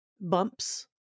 bumps